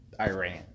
Iran